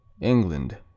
England